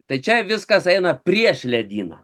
tai čia viskas eina prieš ledyną